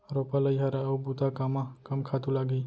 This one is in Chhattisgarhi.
रोपा, लइहरा अऊ बुता कामा कम खातू लागही?